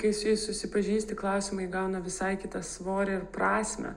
kai su juo susipažįsti klausimai įgauna visai kitą svorį ir prasmę